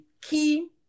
key